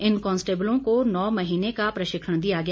इन कॉन्स्टेबलों को नौ महीने का प्रशिक्षण दिया गया